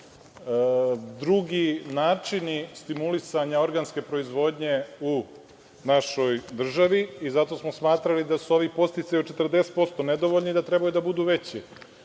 drugi načini stimulisanja organske proizvodnje u našoj državi. Zato smo smatrali da su ovi podsticaji od 40% nedovoljni, da trebaju da budu